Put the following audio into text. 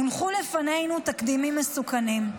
הונחו לפנינו תקדימים מסוכנים,